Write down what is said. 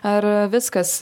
ar viskas